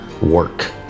work